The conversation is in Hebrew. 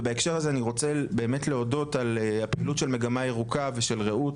ובהקשר הזה אני רוצה באמת להודות על הפעילות של מגמה ירוקה ושל רעות,